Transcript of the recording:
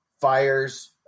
fires